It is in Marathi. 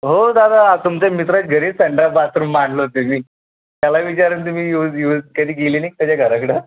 हो दादा तुमच्या मित्राच्या घरी संडास बाथरूम बांधलं त्यांनी त्याला विचारून तुम्ही यूज यूज कधी गेले नही का त्याच्या घराकडं